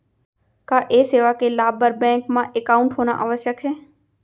का ये सेवा के लाभ बर बैंक मा एकाउंट होना आवश्यक हे